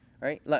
right